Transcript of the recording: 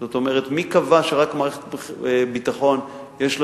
זאת אומרת: מי קבע שרק מערכת הביטחון יש לה